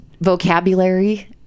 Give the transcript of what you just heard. vocabulary